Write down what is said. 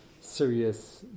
serious